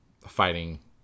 fighting